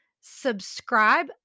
subscribe